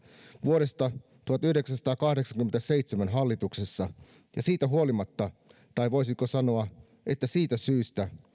vuodesta tuhatyhdeksänsataakahdeksankymmentäseitsemän hallituksessa ja siitä huolimatta tai voisiko sanoa että siitä syystä